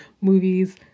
movies